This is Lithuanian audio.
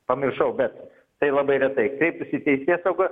pamiršau bet tai labai retai kreiptųsi į teisėsaugą